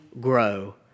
grow